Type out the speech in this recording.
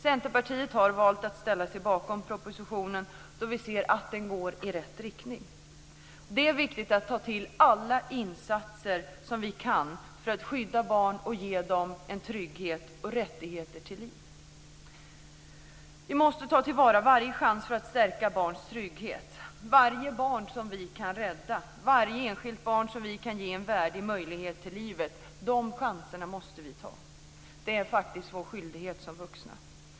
Centerpartiet har valt att ställa sig bakom propositionen, då vi ser att den går i rätt riktning. Det är viktigt att ta till alla insatser som vi kan för att skydda barn och ge dem en trygghet och rättighet till liv. Vi måste ta till vara varje chans att stärka barns trygghet. Vi måste ta varje chans för varje enskilt barn vi kan rädda och för varje enskilt barn vi kan ge en värdig möjlighet till liv. Det är faktiskt vår skyldighet som vuxna.